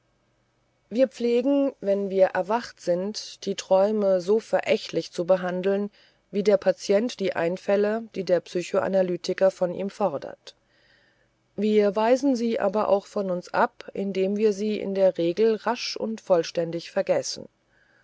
wir pflegen wenn wir erwacht sind die träume so verächtlich zu behandeln wie der patient die einfälle die der psychoanalytiker von ihm fordert wir weisen sie aber auch von uns ab indem wir sie in der regel rasch und vollständig vergessen